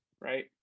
right